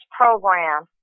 program